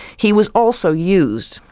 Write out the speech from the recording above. he was also used,